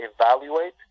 evaluate